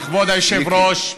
כבוד היושב-ראש,